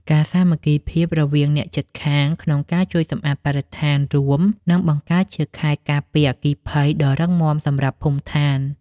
ការសាមគ្គីភាពរវាងអ្នកជិតខាងក្នុងការជួយសម្អាតបរិស្ថានរួមនឹងបង្កើតជាខែលការពារអគ្គិភ័យដ៏រឹងមាំសម្រាប់ភូមិឋាន។